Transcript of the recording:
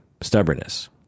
stubbornness